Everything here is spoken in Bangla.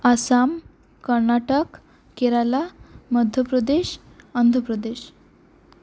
আসাম কর্ণাটক কেরালা মধ্য প্রদেশ অন্ধ্র প্রদেশ